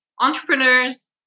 entrepreneurs